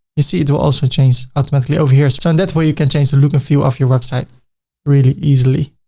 you see it will also change automatically over here. so in that way you can change the look and feel of your website really easily.